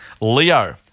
Leo